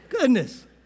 Goodness